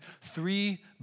Three